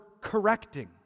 correcting